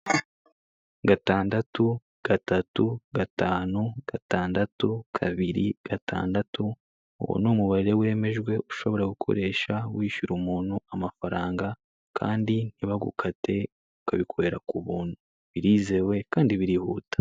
Gatandatu gatatu gatanu gatangatu kabiri gatandatu uwo ni umubare wemejwe ushobora gukoresha wishyura umuntu amafaranga kandi ntibagukate ukabikorera ku buntu, birizewe kandi birihuta.